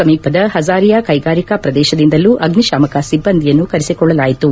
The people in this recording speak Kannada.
ಸಮೀಪದ ಹಜಾರಿಯಾ ಕೈಗಾರಿಕಾ ಪ್ರದೇಶದಿಂದಲೂ ಅಗ್ನಿಶಾಮಕ ಸಿಬ್ಬಂದಿಯನ್ನು ಕರೆಸಿಕೊಳ್ಳಲಾಯಿತು